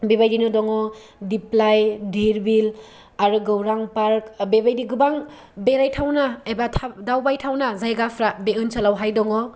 बेबादिनो दङ' दिप्लाय डिरबिल आरो गौरां पार्क बेबायदिनो गोबां बेरायथावना एबा दावबायथावना जायगाफ्रा बे आनसोलावहाय दङ'